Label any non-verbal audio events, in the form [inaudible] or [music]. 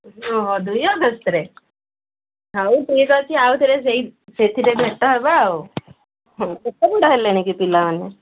ହଁ [unintelligible] ହଉ ଠିକ୍ ଅଛି ଆଉଥରେ ସେଇ ସେଥିରେ ଭେଟ ହେବା ଆଉ ହଁ କେତେ ବଡ଼ ହେଲେଣି କି ପିଲାମାନେ